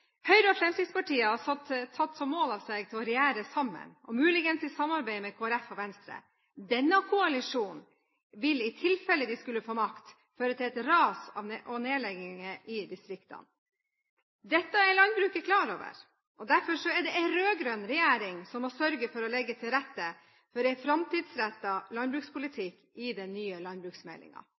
Høyre og Fremskrittspartiet har tatt mål av seg til å regjere sammen, muligens i samarbeid med Kristelig Folkeparti og Venstre. Denne koalisjonen vil i tilfelle de skulle få makt, føre til et ras av nedlegginger i distriktene. Dette er landbruket klar over. Derfor er det en rød-grønn regjering som må sørge for å legge til rette for en framtidsrettet landbrukspolitikk i den nye